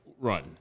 run